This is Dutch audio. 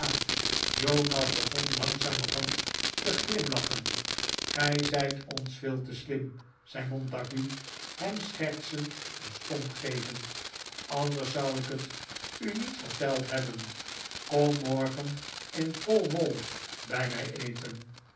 jonas begon langzamerhand te glimlachen gij zijt ons veel te slim zei montague hem schertsend een stomp gevend anders zou ik het u niet verteld hebben kom morgen in pall mall bij mij eten